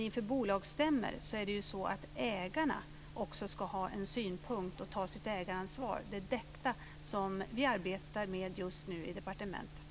Inför bolagsstämmor ska ägarna ha en synpunkt och ta sitt ägaransvar. Det är detta som vi arbetar med just nu i departementet.